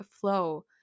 flow